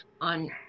on